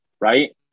right